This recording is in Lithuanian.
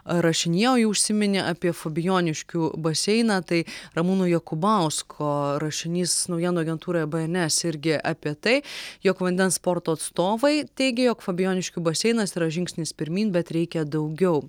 rašinyje o ji užsiminė apie fabijoniškių baseiną tai ramūno jokubausko rašinys naujienų agentūrai bė en es irgi apie tai jog vandens sporto atstovai teigė jog fabijoniškių baseinas yra žingsnis pirmyn bet reikia daugiau